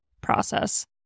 process